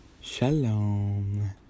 Shalom